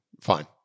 Fine